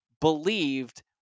believed